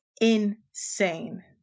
insane